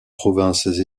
provinces